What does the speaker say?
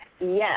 Yes